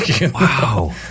Wow